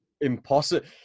Impossible